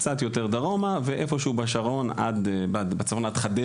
קצת יותר דרומה ואיפה שהוא בשרון עד חדרה,